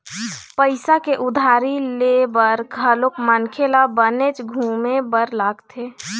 पइसा के उधारी ले बर घलोक मनखे ल बनेच घुमे बर लगथे